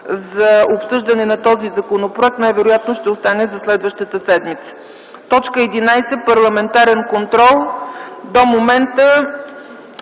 за обсъждането на този законопроект, най-вероятно ще остане за следващата седмица. Точка 11 е парламентарен контрол. До момента